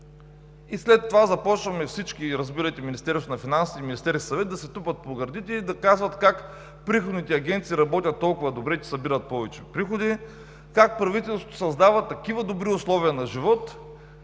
И след това започваме всички, разбирайте Министерството на финансите и Министерският съвет, да се тупат по гърдите и да казват как приходните агенции работят толкова добре, че събират повече приходи, как правителството създава такива добри условия на живот